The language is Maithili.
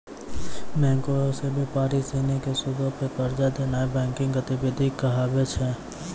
बैंको से व्यापारी सिनी के सूदो पे कर्जा देनाय बैंकिंग गतिविधि कहाबै छै